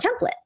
template